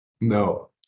No